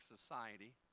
society